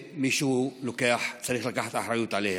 מישהו צריך לקחת אחריות עליהם.